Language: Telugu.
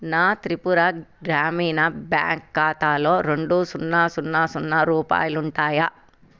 నా త్రిపుర గ్రామీణ బ్యాంక్ ఖాతాలో రెండు సున్నా సున్నా సున్నా రూపాయాలు ఉంటాయా